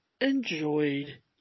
enjoyed